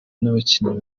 n’abakinnyi